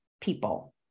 people